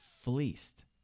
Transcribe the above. fleeced